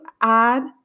add